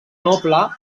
noble